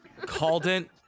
Calden